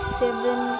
seven